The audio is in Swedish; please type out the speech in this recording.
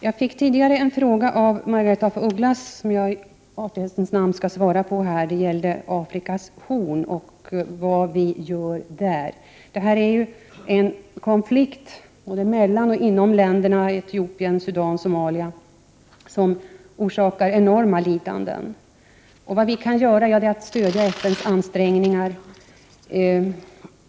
Jag fick tidigare en fråga av Margaretha av Ugglas, som jag i artighetens namn skall svara på. Frågan gällde Afrikas horn och vad vi gör där. Det råder en konflikt både mellan och inom länderna Etiopien, Sudan och Somalia, vilket orsakar enorma lidanden. Vad vi kan göra är att stödja FN:s ansträngningar.